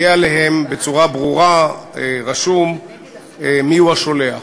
יהיה כתוב עליהם בצורה ברורה מי הוא השולח.